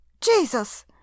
Jesus